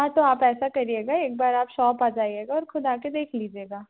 हाँ तो आप ऐसा करिएगा एक बार आप शॉप आ जाइएगा और ख़ुद आ कर देख लीजिएगा